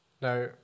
now